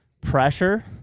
pressure